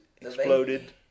exploded